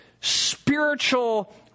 spiritual